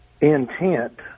intent